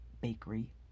bakery